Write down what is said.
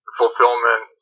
fulfillment